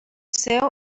seu